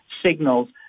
signals